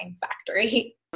factory